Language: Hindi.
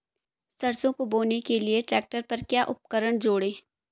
सरसों को बोने के लिये ट्रैक्टर पर क्या उपकरण जोड़ें?